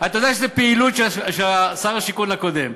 אתה יודע שזו פעילות של שר השיכון הקודם.